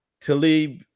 Talib